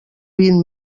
vint